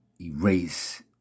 erase